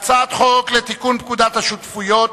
חוק לתיקון פקודת השותפויות